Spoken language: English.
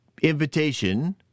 invitation